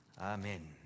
Amen